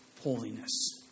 Holiness